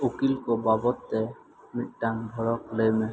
ᱩᱠᱤᱞ ᱠᱚ ᱵᱟᱵᱚᱫᱽ ᱛᱮ ᱢᱤᱫᱴᱟᱝ ᱵᱷᱳᱲᱳᱠ ᱞᱟᱹᱭ ᱢᱮ